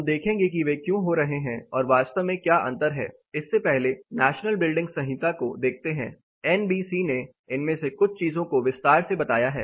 हम देखेंगे कि वे क्यों हो रहे हैं और वास्तव में क्या अंतर हैं इससे पहले नेशनल बिल्डिंग संहिता को देखते हैं एनबीसी ने इनमें से कुछ चीजों को विस्तार से बताया है